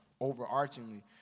overarchingly